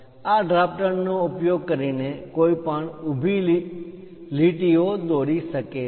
આ ડ્રાફ્ટર નો ઉપયોગ કરીને કોઈ પણ ઊભી લીટી ઓ દોરી શકે છે